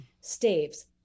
staves